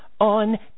On